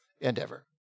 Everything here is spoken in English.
Endeavor